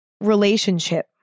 relationship